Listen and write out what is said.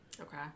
Okay